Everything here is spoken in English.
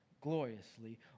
gloriously